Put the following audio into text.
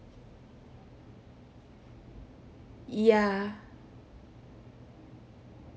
ya